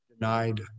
denied